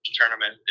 tournament